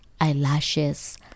eyelashes